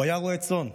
הוא היה רועה צאן.